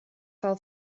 fel